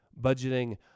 budgeting